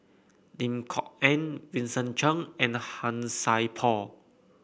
Lim Kok Ann Vincent Cheng and Han Sai Por